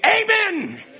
Amen